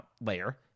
layer